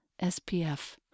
SPF